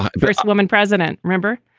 first woman president remember,